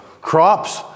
crops